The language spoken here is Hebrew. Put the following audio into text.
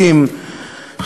בתוכנית הלימודים,